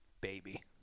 baby